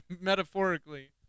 metaphorically